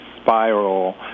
spiral